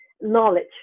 knowledge